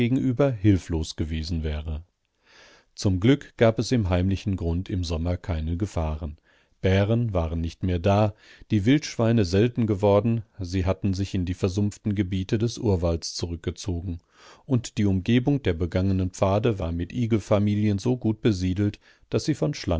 gegenüber hilflos gewesen wäre zum glück gab es im heimlichen grund im sommer keine gefahren bären waren nicht mehr da die wildschweine selten geworden sie hatten sich in die versumpften gebiete des urwalds zurückgezogen und die umgebung der begangenen pfade war mit igelfamilien so gut besiedelt daß sie von